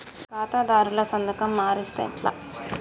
ఖాతాదారుల సంతకం మరిస్తే ఎట్లా?